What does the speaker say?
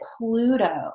Pluto